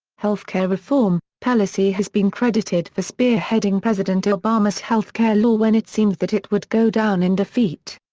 health care reform pelosi has been credited for spearheading president obama's health care law when it seemed that it would go down in defeat.